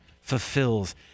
fulfills